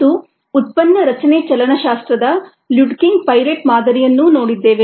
ಮತ್ತು ಉತ್ಪನ್ನ ರಚನೆ ಚಲನಶಾಸ್ತ್ರದ ಲ್ಯೂಡೆಕಿಂಗ್ ಪೈರೆಟ್ ಮಾದರಿ ಯನ್ನು ನೋಡಿದ್ದೇವೆ